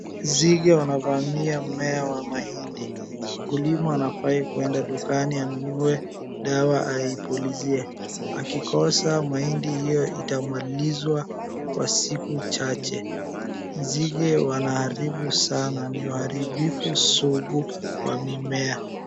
Nzige wanavamia mmea wa mahindi. Mkulima anafaa kwenda dukani anunue dawa aipulizie. Akikosa, mahindi hiyo itamalizwa kwa siku chache. Nzige wanaharibu sana, ni waharibifu sugu wa mimea.